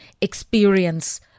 experience